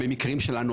במקרים שלנו,